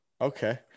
Okay